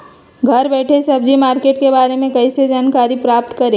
घर बैठे सब्जी मार्केट के बारे में कैसे जानकारी प्राप्त करें?